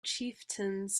chieftains